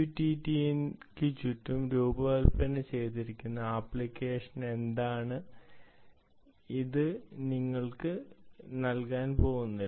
MQTT ന് ചുറ്റും രൂപകൽപ്പന ചെയ്തിരിക്കുന്ന ആപ്ലിക്കേഷൻ എന്താണെന്ന് ഇത് നിങ്ങൾക്ക് നൽകാൻ പോകുന്നില്ല